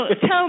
tell